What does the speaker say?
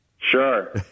Sure